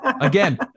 again